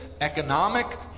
economic